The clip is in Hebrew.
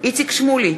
איציק שמולי,